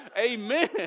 amen